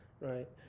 right